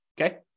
okay